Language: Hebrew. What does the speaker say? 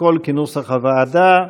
הכול כנוסח הוועדה.